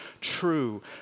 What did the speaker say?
true